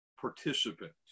participant